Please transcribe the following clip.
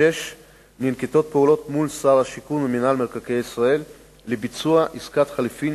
6. ננקטות פעולות מול שר השיכון ומינהל מקרקעי ישראל לביצוע עסקת חליפין